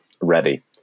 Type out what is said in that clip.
ready